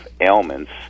ailments